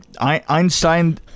Einstein